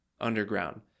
underground